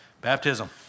Baptism